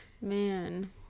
Man